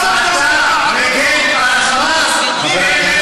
אני מדבר על העם הפלסטיני.